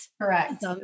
Correct